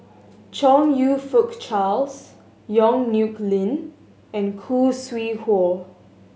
Chong You Fook Charles Yong Nyuk Lin and Khoo Sui Hoe